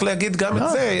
אני הולך להגיד גם את זה.